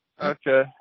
Okay